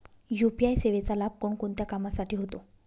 UPI सेवेचा लाभ कोणकोणत्या कामासाठी होतो?